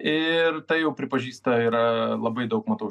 ir tai jau pripažįsta ir labai daug matau